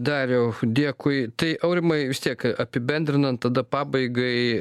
dariau dėkui tai aurimai vis tiek apibendrinant tada pabaigai